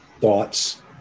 thoughts